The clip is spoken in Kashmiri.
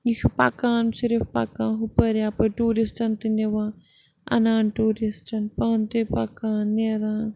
یہِ چھُ پَکان صرف پَکان ہُپٲرۍ یَپٲرۍ ٹوٗرِسٹَن تہِ نِوان اَنان ٹوٗرِسٹَن پانہٕ تہِ پَکان نیران